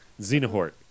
Xenohort